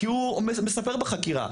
כי הוא מספר בחקירה,